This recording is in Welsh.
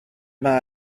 mae